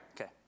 Okay